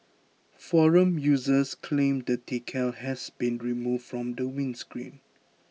forum users claimed the decal has been removed from the windscreen